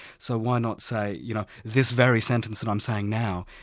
so why not say, you know this very sentence that i'm saying now,